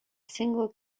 single